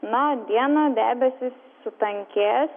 na dieną debesys sutankės